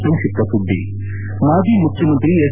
ಸಂಕ್ಷಿಪ್ತ ಸುದ್ದಿಗಳು ಮಾಜಿ ಮುಖ್ಯಮಂತ್ರಿ ಎಸ್